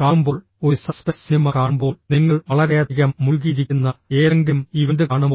കാണുമ്പോൾ ഒരു സസ്പെൻസ് സിനിമ കാണുമ്പോൾ നിങ്ങൾ വളരെയധികം മുഴുകിയിരിക്കുന്ന ഏതെങ്കിലും ഇവന്റ് കാണുമ്പോൾ